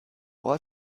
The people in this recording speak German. ort